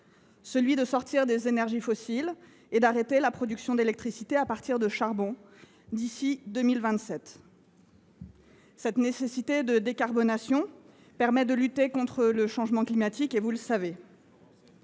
clair : sortir des énergies fossiles et arrêter la production d’électricité à partir de charbon d’ici à 2027. Cette nécessité de décarbonation permet de lutter contre le changement climatique. Nous devons